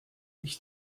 ich